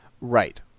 Right